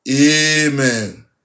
Amen